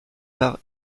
par